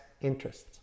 interests